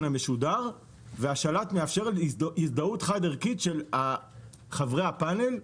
המשודר והשלט מאפשר הזדהות חד ערכית של חברי הפאנל.